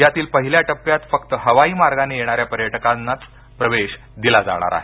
यातील पहिल्या टप्प्यात फक्त हवाई मार्गाने येणाऱ्या पर्यटकांनाच प्रवेश दिला जाणार आहे